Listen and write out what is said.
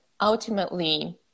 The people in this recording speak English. ultimately